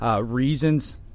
reasons